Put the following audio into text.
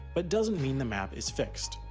but doesn't mean the map is fixed.